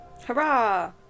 hurrah